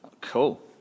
Cool